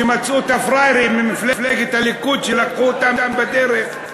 שמצאו את הפראיירים ממפלגת הליכוד שלקחו אותם בדרך,